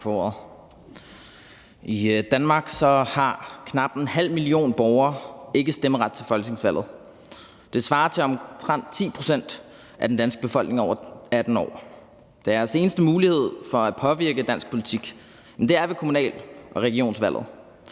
I Danmark har knap en halv million borgere ikke stemmeret til folketingsvalget. Det svarer til omtrent 10 pct. af den danske befolkning over 18 år. Deres eneste mulighed for at påvirke dansk politik er ved kommunal- og regionsvalget.